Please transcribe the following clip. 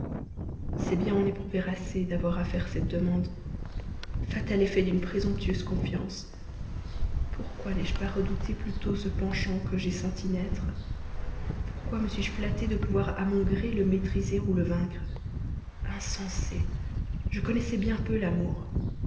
c'est bien en éprouver assez que d'avoir à faire cette demande fatal effet d'une présomptueuse confiance pourquoi n'ai-je pas redouté plus tôt ce penchant que j'ai senti naître pourquoi me suis-je flattée de pouvoir à mon gré le maîtriser ou le vaincre insensée je connaissais bien peu l'amour